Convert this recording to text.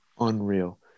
unreal